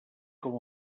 com